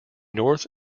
north